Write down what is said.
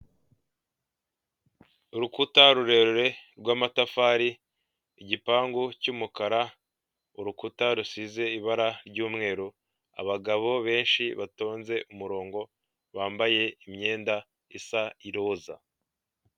Urukuta rurerure rw'amatafari, igipangu cy'umukara, urukuta rusize ibara ry'umweru, abagabo benshi batonze umurongo bambaye imyenda isa iroza.